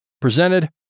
presented